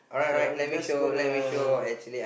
so I'm just gonna